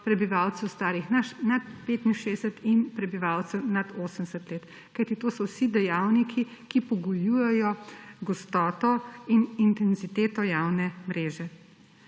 prebivalcev, starih nad 65 in prebivalcev nad 80 let, kajti to so vsi dejavniki, ki pogojujejo gostoto in intenziteto javne mreže.